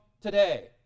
today